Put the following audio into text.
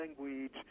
language